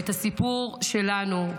ואת הסיפור שלנו,